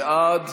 בעד.